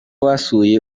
basuye